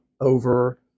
over